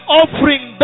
offering